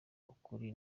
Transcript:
ukuri